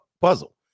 puzzle